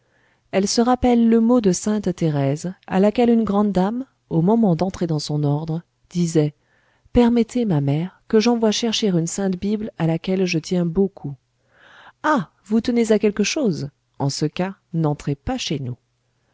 elles se rappellent le mot de sainte thérèse à laquelle une grande dame au moment d'entrer dans son ordre disait permettez ma mère que j'envoie chercher une sainte bible à laquelle je tiens beaucoup ah vous tenez à quelque chose en ce cas n'entrez pas chez nous